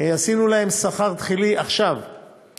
עשינו להן שכר תחילי עכשיו,